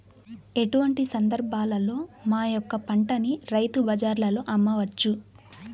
ఎటువంటి సందర్బాలలో మా యొక్క పంటని రైతు బజార్లలో అమ్మవచ్చు?